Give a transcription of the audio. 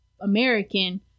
American